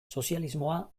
sozialismoa